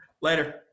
Later